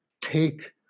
take